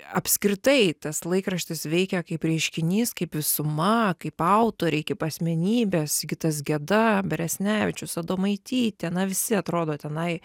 apskritai tas laikraštis veikia kaip reiškinys kaip visuma kaip autoriai kiap asmenybės sigitas geda beresnevičius adomaitytė na visi atrodo tenai